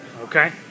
Okay